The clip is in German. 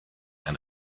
ein